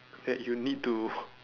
that you need to